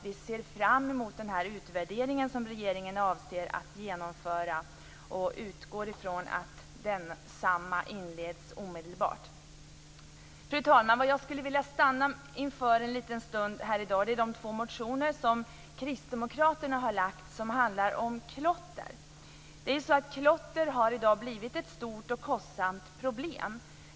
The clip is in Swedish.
Vi ser fram emot den utvärdering som regeringen avser att genomföra och utgår ifrån att densamma inleds omedelbart. Fru talman! Vad jag skulle vilja stanna inför en liten stund här i dag är de två motioner som kristdemokraterna har väckt och som handlar om klotter. Klotter har i dag blivit ett stort och kostsamt problem.